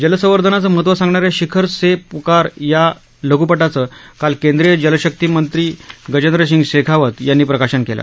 जलसंवर्धनाचं महत्व सांगणाऱ्या शिखर से प्कार या लघ्पटाचं काल केंद्रीय जलशक्तीमंत्री गजेंद्र सिंह शेखावत यांनी प्रकाशन केलं